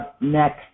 next